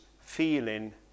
feeling